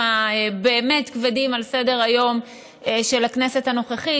הבאמת-כבדים על סדר-היום של הכנסת הנוכחית,